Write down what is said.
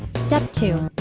step two.